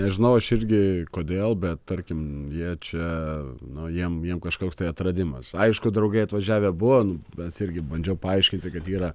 nežinau aš irgi kodėl bet tarkim jie čia nu jiem jiem kažkoks tai atradimas aišku draugai atvažiavę buvo bet irgi bandžiau paaiškint tai kad yra